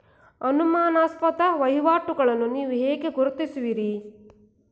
ಅನುಮಾನಾಸ್ಪದ ವಹಿವಾಟುಗಳನ್ನು ನೀವು ಹೇಗೆ ಗುರುತಿಸುತ್ತೀರಿ?